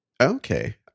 Okay